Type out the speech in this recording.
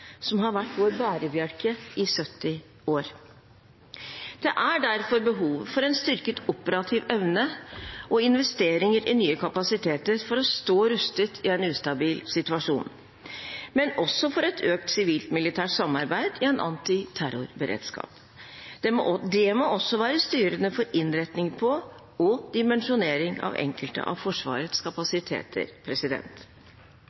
som har vært vår bærebjelke i 70 år. Det er derfor behov for en styrket operativ evne og investeringer i nye kapasiteter for å stå rustet i en ustabil situasjon, men også for et økt sivilt–militært samarbeid i en antiterrorberedskap. Det må også være styrende for innretning på og dimensjonering av enkelte av Forsvarets